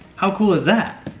how cool is that?